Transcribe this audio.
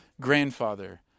grandfather